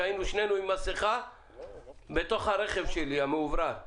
ושנינו היינו עם מסכה בתוך הרכב המאוורר שלי.